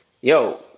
yo